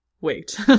Wait